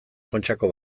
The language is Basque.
kontxako